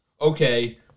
okay